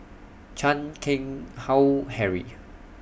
Chan Keng Howe Harry